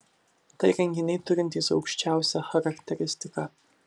tai įrenginiai turintys aukščiausią charakteristiką